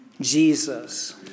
Jesus